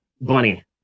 Bunny